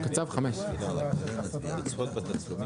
עוברים להצבעה לאישור הצעת חוק לתיקון חוק יסוד: